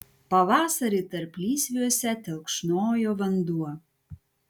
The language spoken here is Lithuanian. pavasarį tarplysviuose telkšnojo vanduo